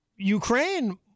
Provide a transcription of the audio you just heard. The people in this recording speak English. Ukraine